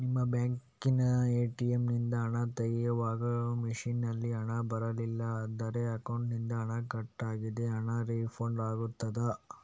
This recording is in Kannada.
ನಿಮ್ಮ ಬ್ಯಾಂಕಿನ ಎ.ಟಿ.ಎಂ ನಿಂದ ಹಣ ತೆಗೆಯುವಾಗ ಮಷೀನ್ ನಲ್ಲಿ ಹಣ ಬರಲಿಲ್ಲ ಆದರೆ ಅಕೌಂಟಿನಿಂದ ಹಣ ಕಟ್ ಆಗಿದೆ ಆ ಹಣ ರೀಫಂಡ್ ಆಗುತ್ತದಾ?